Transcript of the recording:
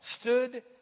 stood